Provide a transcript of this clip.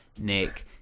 Nick